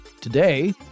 Today